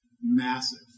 Massive